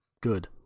Good